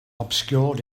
obscured